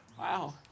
Wow